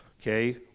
okay